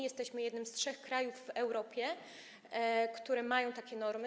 Jesteśmy jednym z trzech krajów w Europie, które mają takie normy.